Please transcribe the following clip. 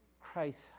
Christ